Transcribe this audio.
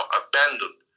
abandoned